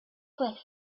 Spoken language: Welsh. lifft